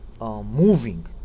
moving